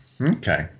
okay